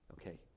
okay